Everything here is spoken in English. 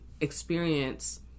experience